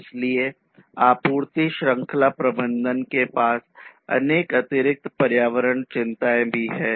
इसलिए आपूर्ति श्रृंखला प्रबंधन के पास अनेक अतिरिक्त पर्यावरण चिंताएँ भी है